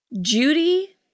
Judy